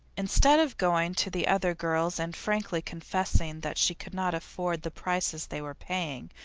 instead of going to the other girls and frankly confessing that she could not afford the prices they were paying,